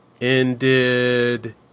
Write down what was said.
Ended